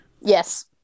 Yes